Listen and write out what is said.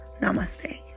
Namaste